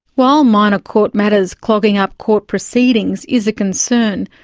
while minor court matters clogging up court proceedings is a concern,